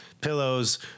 pillows